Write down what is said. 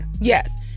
Yes